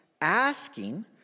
asking